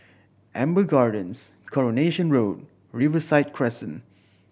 Amber Gardens Coronation Road Riverside Crescent